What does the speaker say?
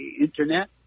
internet